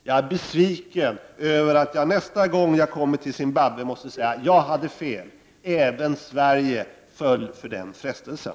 Jag är besviken över att jag nästa gång jag kommer till Zimbabwe måste säga: Jag hade fel. Även Sverige föll för den frestelsen.